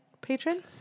Patron